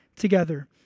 together